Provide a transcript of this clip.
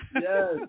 Yes